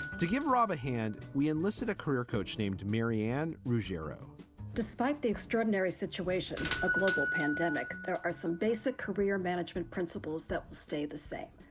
to give robb a hand, we enlisted a career coach named maryann ruggiero despite the extraordinary situation, a global pandemic. there are some basic career management principles that will stay the same.